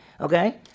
Okay